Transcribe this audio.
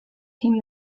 came